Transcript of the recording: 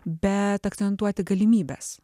bet akcentuoti galimybes